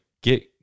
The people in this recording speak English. get